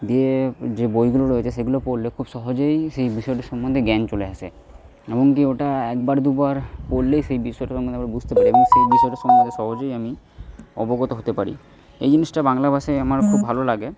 দিয়ে যে বইগুলো রয়েছে সেগুলো পড়লে খুব সহজেই সেই বিষয়টা সম্বন্ধে জ্ঞান চলে আসে এমনকি ওটা একবার দুবার পড়লেই সেই বিষয়টা সম্বন্ধে আমরা বুঝতে পারি এবং সেই বিষয়টা সম্বন্ধে সহজেই আমি অবগত হতে পারি এই জিনিসটা বাংলা ভাষায় আমার খুব ভালো লাগে